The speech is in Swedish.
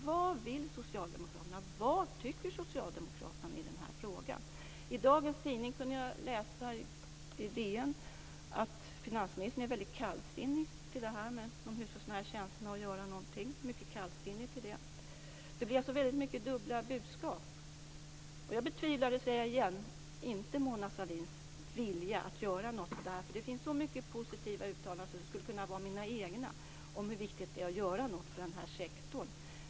Vad tycker socialdemokraterna i den här frågan? I dagens DN kan man läsa att finansministern är väldigt kallsinnig till att göra någonting åt de hushållsnära tjänsterna. Det är alltså många dubbla budskap. Jag betvivlar inte Mona Sahlins vilja att göra något. Hon har gjort många positiva uttalanden som skulle kunna vara mina egna om hur viktigt det är att göra något för denna sektor.